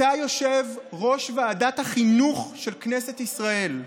אתה יושב-ראש ועדת החינוך של כנסת ישראל.